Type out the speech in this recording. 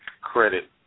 credit